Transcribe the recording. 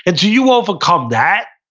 and you you overcome that,